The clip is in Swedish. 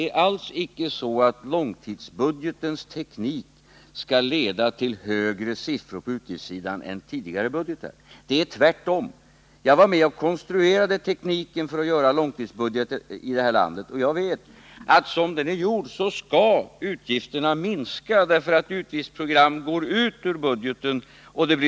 Är det genom skatter vi skall återvända till balans i budgeten?